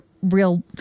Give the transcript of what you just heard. Real